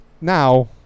Now